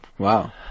Wow